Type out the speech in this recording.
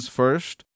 first